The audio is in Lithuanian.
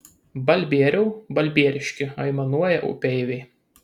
balbieriau balbieriški aimanuoja upeiviai